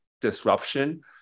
disruption